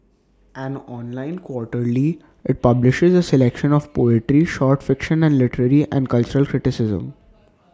an online quarterly IT publishes the selection of poetry short fiction and literary and cultural criticism